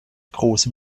großem